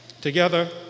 Together